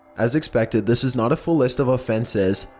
as expected, this is not a full list of offences,